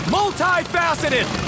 Multi-faceted